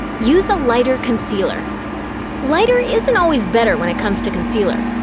use a lighter concealer lighter isn't always better when it comes to concealer.